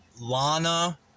Lana